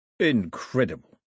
Incredible